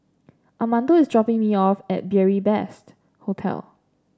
Armando is dropping me off at Beary Best Hostel